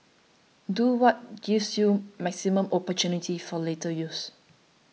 do what gives you maximum opportunities for later use